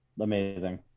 Amazing